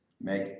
Make